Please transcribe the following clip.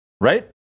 Right